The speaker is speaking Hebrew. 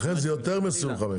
לכן זה יותר מ-25.